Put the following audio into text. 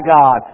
God